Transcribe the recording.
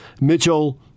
Mitchell